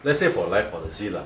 let's say for life policy lah